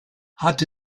hat